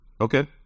okay